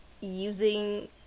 using